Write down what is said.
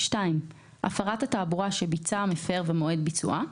(2)הפרת התעבורה שביצע המפר ומועד ביצועה,